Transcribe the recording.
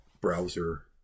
browser